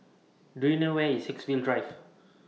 Do YOU know Where IS Haigsville Drive